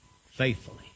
faithfully